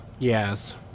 Yes